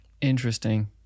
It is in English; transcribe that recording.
Interesting